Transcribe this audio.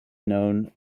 known